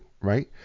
right